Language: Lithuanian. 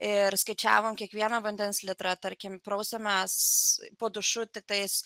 ir skaičiavom kiekvieną vandens litrą tarkim prausiamės po dušu tik tais